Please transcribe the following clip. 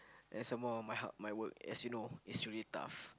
and some more my hard my work as you know is really tough